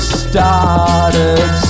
started